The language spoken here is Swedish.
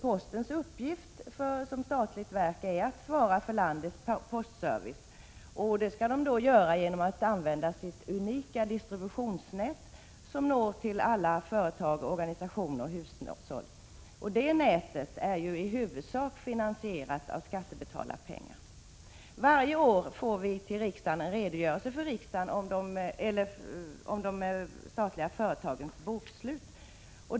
Postens uppgift som statligt verk är ju att svara för landets postservice. Det skall posten göra genom sitt unika distributionsnät som når alla företag, organisationer och hushåll. Det nätet är ju i huvudsak finansierat med skattebetalarnas pengar. Varje år får riksdagen en redogörelse för de statliga företagens bokslut.